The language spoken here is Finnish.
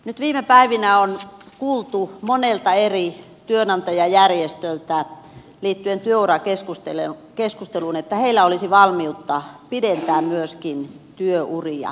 nyt viime päivinä on kuultu monelta eri työnantajajärjestöltä liittyen työurakeskusteluun että niillä olisi valmiutta pidentää myöskin työuria työntekijöiden kesken